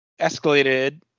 escalated